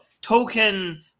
Token